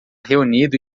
reunido